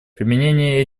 применение